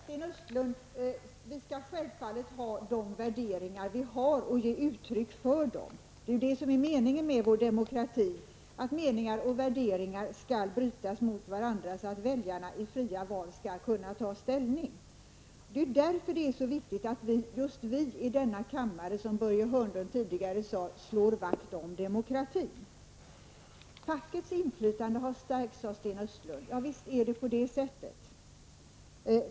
Herr talman! Till Sten Östlund vill jag säga: Vi skall självfallet ge uttryck för de värderingar vi har. Det är ju det som är meningen med vår demokrati, att olika meningar skall brytas mot varandra så att väljarna i fria val skall kunna ta ställning. Det är därför det är så viktigt att just vi i denna kammare slår vakt om demokratin, som Börje Hörnlund sade. Fackets inflytande har stärkts, sade Sten Östlund. Ja, visst är det på det sättet.